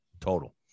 Total